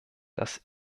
dass